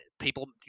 people